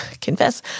confess